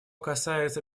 касается